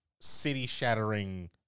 city-shattering